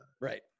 right